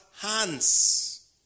Hands